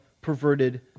perverted